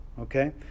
okay